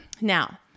Now